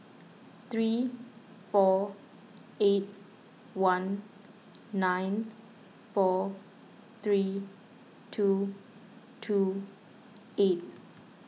three four eight one nine four three two two eight